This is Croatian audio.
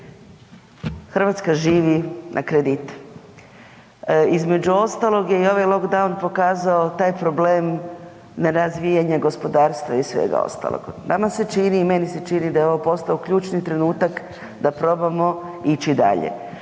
Hrvatska živi na kredite. Između ostalog je i ovaj lockdown pokazao taj problem nerazvijanje gospodarstva i svega ostalog. Nama se čini i meni se čini da je ovo postao ključni trenutak da probamo ići dalje.